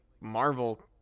Marvel